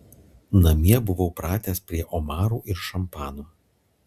namie buvau pratęs prie omarų ir šampano